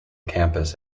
campus